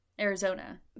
Arizona